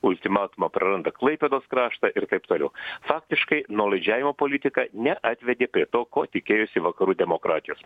ultimatumą praranda klaipėdos kraštą ir taip toliau faktiškai nuolaidžiavimo politika neatvedė prie to ko tikėjosi vakarų demokratijos